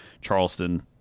Charleston